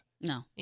No